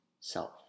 self